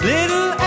Little